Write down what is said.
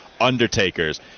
Undertakers